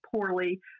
poorly